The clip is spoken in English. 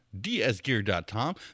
dsgear.com